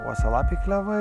uosialapiai klevai